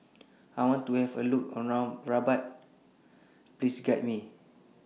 I want to Have A Look around Rabat Please Guide Me